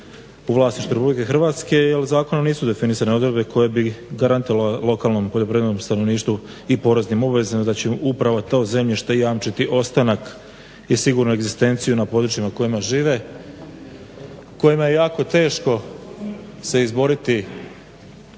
u vlasništvu Republike Hrvatske jer zakonom nisu definisane odredbe koje bi garantovale lokalnom poljoprivrednom stanovništvu i poreznim obveznicima da će upravo to zemljište jamčiti ostanak i sigurnu egzistenciju na područjima kojima žive kojima je jako teško se izboriti